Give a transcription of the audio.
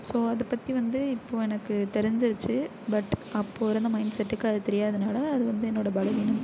so அதை பற்றி வந்து இப்போது எனக்கு தெரிஞ்சிடுச்சு பட் அப்போது இருந்த மைண்ட்செட்டுக்கு அது தெரியாததுனால அது வந்து என்னோடய பலவீனம்